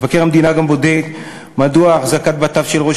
מבקר המדינה גם בודק מדוע אחזקת בתיו של ראש